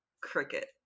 Cricket